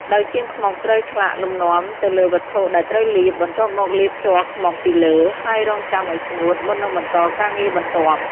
ដោយជាងខ្មុកត្រូវឆ្លាក់លំនាំនៅលើវត្ថុដែលត្រូវលាប បន្ទាប់មកលាបជ័រខ្មុកពីលើ ហើយរង់ចាំឱ្យស្ងួត មុននឹងបន្តការងារបន្ទាប់។